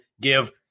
give